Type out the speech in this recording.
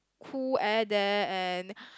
cool air there and